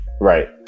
right